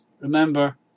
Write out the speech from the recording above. remember